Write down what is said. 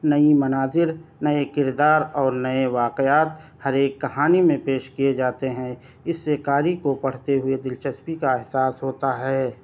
نئی مناظر نئے کردار اور نئے واقعات ہر ایک کہانی میں پیش کیے جاتے ہیں اس سے قاری کو پڑھتے ہوئے دلچسپی کا احساس ہوتا ہے